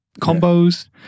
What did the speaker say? combos